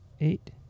eight